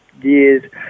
years